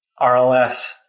RLS